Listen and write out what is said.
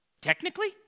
Technically